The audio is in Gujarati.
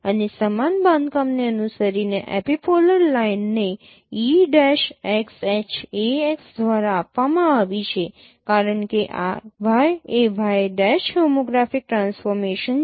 અને સમાન બાંધકામને અનુસરીને એપિપોલર લાઇનને e'XHAx દ્વારા આપવામાં આવી છે કારણ કે આ y એ y' હોમોગ્રાફિક ટ્રાન્સફોર્મેશન છે